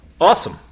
Awesome